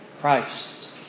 Christ